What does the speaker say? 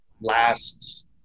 last